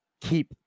keep